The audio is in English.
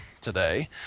today